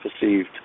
perceived